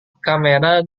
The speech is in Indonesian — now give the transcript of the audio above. kamera